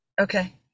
Okay